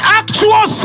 actual